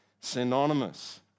synonymous